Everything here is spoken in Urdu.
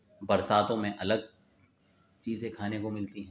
برساتوں میں الگ چیزیں کھانے کو ملتی ہیں